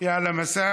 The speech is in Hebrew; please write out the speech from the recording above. זה על המסך.